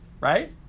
right